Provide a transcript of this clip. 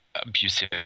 abusive